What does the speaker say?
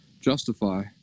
justify